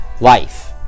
life